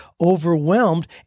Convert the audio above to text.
overwhelmed